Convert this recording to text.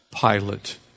Pilate